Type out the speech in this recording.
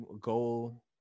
goal